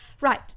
Right